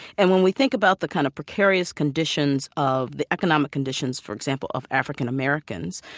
and when we think about the kind of precarious conditions of the economic conditions, for example, of african-americans,